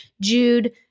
Jude